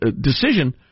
decision